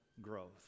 growth